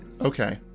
Okay